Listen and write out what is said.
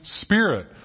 spirit